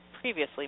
previously